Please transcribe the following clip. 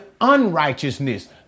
unrighteousness